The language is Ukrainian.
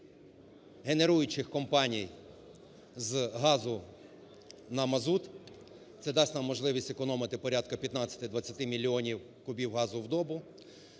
генеруючих компаній з газу на мазут. Це дасть нам можливість економитипорядка 15-20 мільйонів кубів газу в добу.